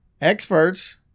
Experts